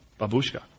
Babushka